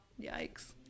yikes